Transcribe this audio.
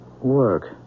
work